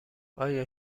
آیا